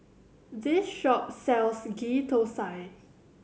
this shop sells Ghee Thosai